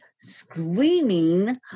screaming